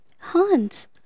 Hans